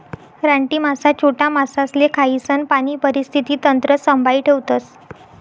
रानटी मासा छोटा मासासले खायीसन पाणी परिस्थिती तंत्र संभाई ठेवतस